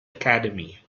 academy